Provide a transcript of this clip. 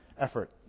effort